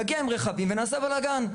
נגיע עם רכבים ונעשה בלגן.